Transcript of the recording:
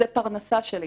זה פרנסה שלי,